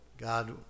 God